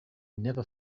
never